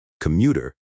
commuter